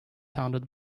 sounded